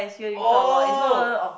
oh